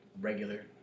regular